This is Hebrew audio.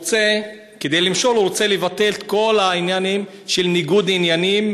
כדי למשול הוא רוצה לבטל את כל העניינים של ניגוד עניינים